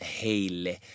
heille